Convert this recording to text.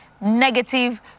negative